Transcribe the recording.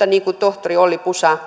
ja niin kuin tohtori olli pusa